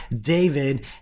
david